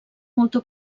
molta